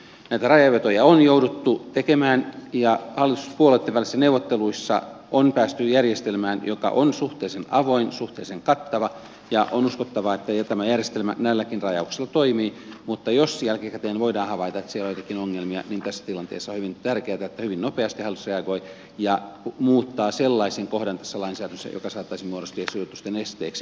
näitä rajanvetoja on jouduttu tekemään ja hallituspuolueitten välisissä neuvotteluissa on päästy järjestelmään joka on suhteellisen avoin suhteellisen kattava ja on uskottava että tämä järjestelmä näilläkin rajauksilla toimii mutta jos jälkikäteen voidaan havaita että siellä on joitakin ongelmia niin tässä tilanteessa on hyvin tärkeätä että hyvin nopeasti hallitus reagoi ja muuttaa tässä lainsäädännössä sellaisen kohdan joka saattaisi muodostua sijoitusten esteeksi